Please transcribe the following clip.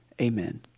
Amen